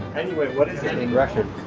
anyway, what is it in russian?